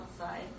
outside